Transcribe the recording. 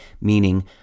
meaning